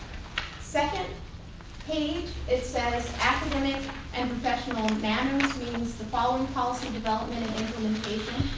second page it says academic and professional and and manners means the following policy development and implementation.